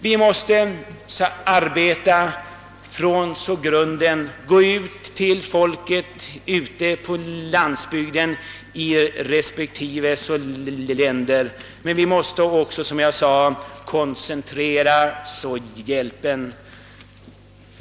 Vi måste arbeta från grunden och gå ut till folket på landsbygden — utbilda hälsovårdsarbetare.